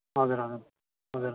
हजुर हजुर हजुर